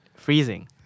Freezing